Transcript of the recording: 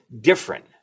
different